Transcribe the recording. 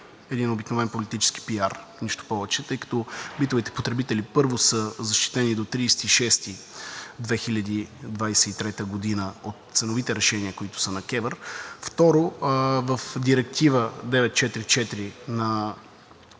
един обикновен политически PR, нищо повече, тъй като битовите потребители, първо, са защитени до 30 юни 2023 г. от ценовите решения, които са на КЕВР. Второ, в Директива 944 на